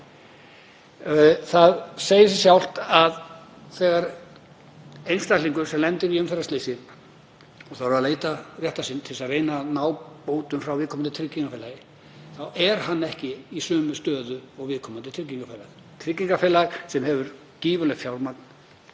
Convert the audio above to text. Það segir sig sjálft að þegar einstaklingur sem lendir í umferðarslysi þarf að leita réttar síns til að reyna að ná bótum frá viðkomandi tryggingafélagi þá er hann ekki í sömu stöðu og viðkomandi tryggingafélag sem hefur gífurlegt fjármagn